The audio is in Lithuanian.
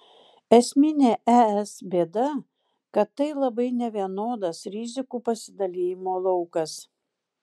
esminė es bėda kad tai labai nevienodas rizikų pasidalijimo laukas